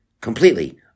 completely